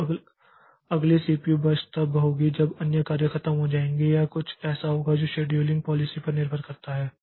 तो अगली CPU burst तब होगी जब अन्य कार्य खत्म हो जाएंगी या ऐसा कुछ होगा जो शेड्यूलिंग पॉलिसी पर निर्भर करता है